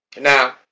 Now